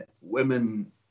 women